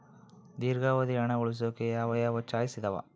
ದೇರ್ಘಾವಧಿ ಹಣ ಉಳಿಸೋಕೆ ಯಾವ ಯಾವ ಚಾಯ್ಸ್ ಇದಾವ?